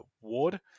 Ward